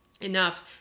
enough